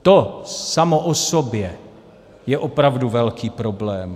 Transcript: To samo o sobě je opravdu velký problém.